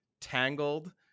Tangled